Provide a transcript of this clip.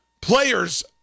players